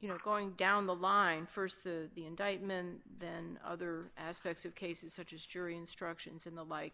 you know going down the line st the indictment then other aspects of cases such as jury instructions and the like